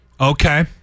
Okay